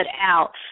out